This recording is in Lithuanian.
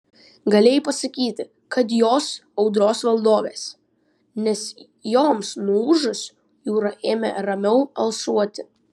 galėjai pasakyti kad jos audros valdovės nes joms nuūžus jūra ėmė ramiau alsuoti